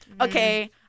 Okay